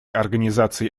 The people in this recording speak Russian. организации